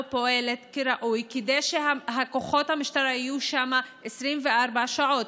פועלת כראוי כדי שכוחות המשטרה יהיו שם 24 שעות?